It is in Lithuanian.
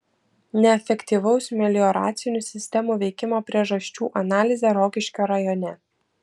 neefektyvaus melioracinių sistemų veikimo priežasčių analizė rokiškio rajone